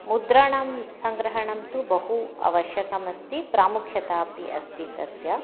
मुद्रणं सङ्ग्रहणं तु बहु आवश्यकमस्ति प्रामुख्यता अपि अस्ति तस्य